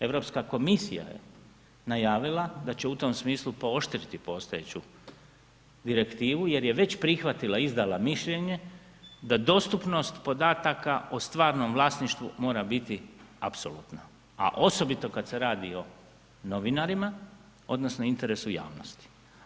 Europska komisija je najavila da će u tom smislu pooštriti postojeću Direktivu jer je već prihvatila, izdala mišljenje da dostupnost podataka o stvarnom vlasništvu mora biti apsolutno, a osobito kad se radi o novinarima odnosno interesu javnosti.